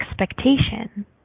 expectation